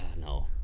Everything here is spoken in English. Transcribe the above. no